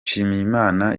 nshimiyimana